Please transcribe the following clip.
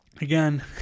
Again